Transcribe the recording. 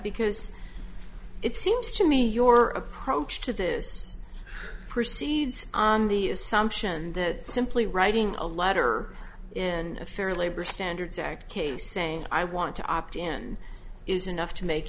because it seems to me your approach to this proceeds on the assumption that simply writing a letter in a fair labor standards act case saying i want to opt in is enough to make